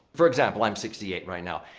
for example, i'm sixty eight right now.